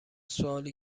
سوالی